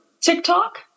TikTok